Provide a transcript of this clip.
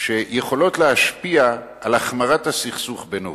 שיכולות להשפיע על החמרת הסכסוך בין הורים.